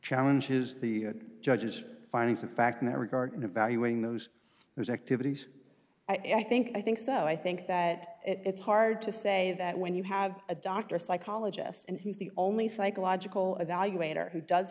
challenges the judge's findings of fact in that regard and evaluating those whose activities i think i think so i think that it's hard to say that when you have a doctor psychologist and he's the only psychological evaluator who does